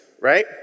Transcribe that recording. right